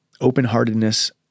open-heartedness